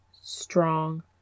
strong